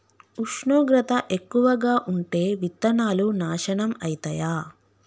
ఉష్ణోగ్రత ఎక్కువగా ఉంటే విత్తనాలు నాశనం ఐతయా?